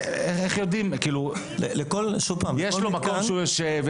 האם יש מקום בו הוא יושב?